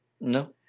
No